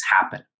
happen